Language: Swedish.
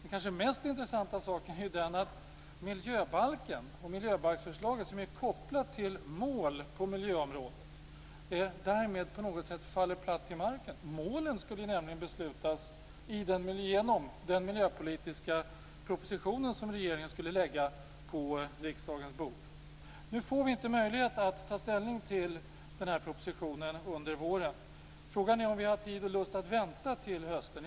Den kanske mest intressanta saken är att miljöbalksförslaget, som är kopplat till mål på miljöområdet, därmed på något sätt faller platt till marken. Målen skulle nämligen beslutas genom den miljöpolitiska proposition som regeringen skulle lägga på riksdagens bord. Nu får vi inte möjlighet att ta ställning till den här propositionen under våren. Frågan är om vi har tid och lust att vänta till hösten.